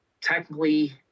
technically